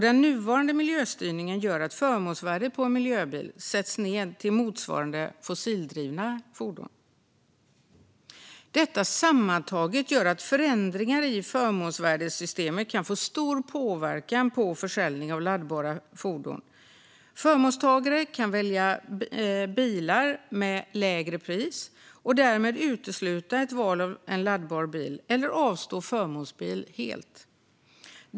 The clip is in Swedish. Den nuvarande miljöstyrningen gör att förmånsvärdet på en miljöbil sätts ned till motsvarande det för fossildrivna fordon. Detta sammantaget gör att förändringar i förmånsvärdessystemet kan få stor påverkan på försäljningen av laddbara fordon. Förmånstagare kan välja bilar med lägre pris och därmed utesluta ett val av en laddbar bil eller avstå förmånsbil helt.